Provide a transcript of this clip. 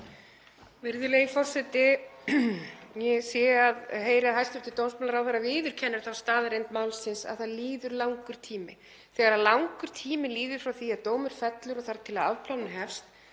Virðulegi forseti. Ég heyri að hæstv. dómsmálaráðherra viðurkennir þá staðreynd málsins að það líður langur tími. Þegar langur tími líður frá því að dómur fellur og þar til afplánun hefst